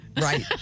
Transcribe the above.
Right